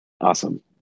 Awesome